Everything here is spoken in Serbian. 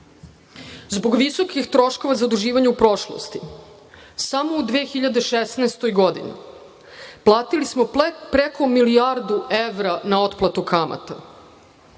Zbog visokih troškova zaduživanja u prošlosti samo u 2016. godini platili smo preko milijardu evra na otplatu kamata.